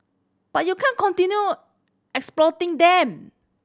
but you can't continue exploiting them